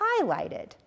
highlighted